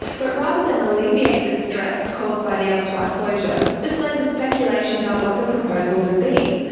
but rather then alleviate the stress caused by the abattoir closure, this led to speculation about what the proposal would be.